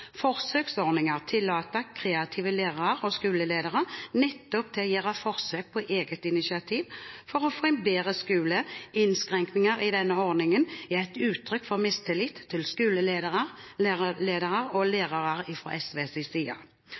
nettopp å gjøre forsøk for å få en bedre skole. Innskrenkninger i denne ordningen er fra SVs side et uttrykk for mistillit til skoleledere og lærere.